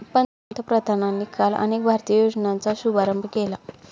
पंतप्रधानांनी काल अनेक भारतीय योजनांचा शुभारंभ केला